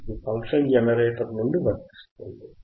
ఇది function generator నుండి వర్తిస్తుంది